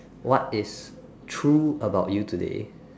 what is true about you today